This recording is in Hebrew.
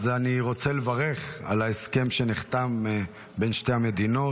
אני רוצה לברך על ההסכם שנחתם בין שתי המדינות.